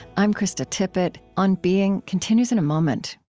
i'm krista tippett. on being continues in a moment